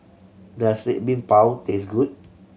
does Red Bean Bao taste good